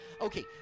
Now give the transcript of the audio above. Okay